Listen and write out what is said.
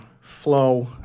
flow